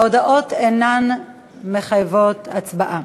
ההודעות אינן מחייבות הצבעה.